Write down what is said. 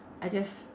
I just